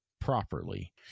properly